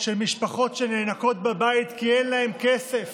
של משפחות שנאנקות בבית כי אין להם כסף,